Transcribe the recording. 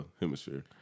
hemisphere